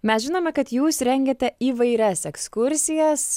mes žinome kad jūs rengiate įvairias ekskursijas